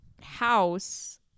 house